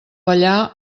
ballar